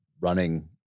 running